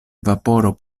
vaporo